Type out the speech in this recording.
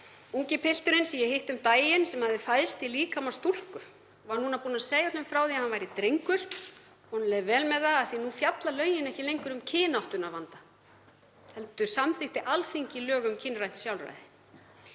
Ungi pilturinn sem ég hitti um daginn sem hafði fæðst í líkama stúlku og var nú búinn að segja frá því að hann væri drengur og leið vel með það af því að nú fjalla lögin ekki lengur um kynáttunarvanda heldur samþykkti Alþingi lög um kynrænt sjálfræði.